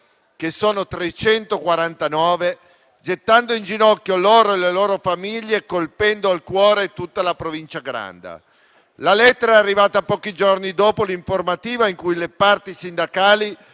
lavoratori, gettando in ginocchio loro, le loro famiglie e colpendo al cuore tutta la Provincia Granda. La lettera è arrivata pochi giorni dopo l'informativa in cui le parti sindacali,